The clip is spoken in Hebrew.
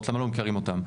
למה לא מקרים אותם?